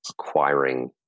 acquiring